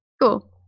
Cool